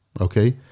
Okay